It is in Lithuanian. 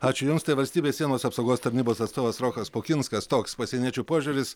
ačiū jums tai valstybės sienos apsaugos tarnybos atstovas rokas pukinskas toks pasieniečių požiūris